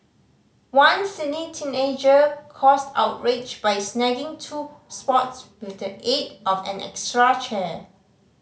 one Sydney teenager caused outrage by snagging two spots with the aid of an extra chair